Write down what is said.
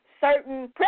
certain